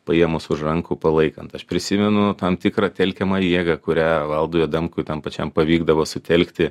paėmus už rankų palaikant aš prisimenu tam tikrą telkiamą jėga kurią valdui adamkui tam pačiam pavykdavo sutelkti